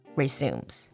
resumes